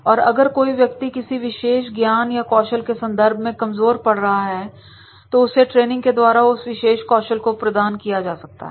और अगर कोई व्यक्ति किसी विशेष ज्ञान या कौशल के संदर्भ में कमजोर पड़ रहा है तो उसे ट्रेनिंग के द्वारा उस विशेष कौशल को प्रदान किया जा सकता है